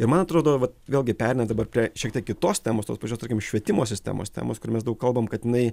ir man atrodo vat vėlgi pereinam dabar prie šiek tiek kitos temos tos pačios tarkim švietimo sistemos temos kur mes daug kalbam kad jinai